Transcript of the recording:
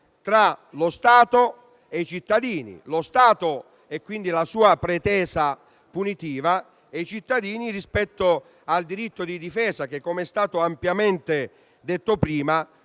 tra lo Stato e i cittadini: lo Stato - e quindi la sua pretesa punitiva - e i cittadini rispetto al diritto di difesa che - com'è stato ampiamente detto prima